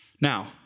Now